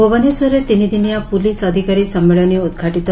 ଭୁବନେଶ୍ୱରରେ ତିନିଦିନିଆ ପୁଲିସ୍ ଅଧିକାରୀ ସମ୍ମିଳନୀ ଉଦ୍ଘାଟିତ